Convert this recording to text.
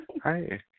Hi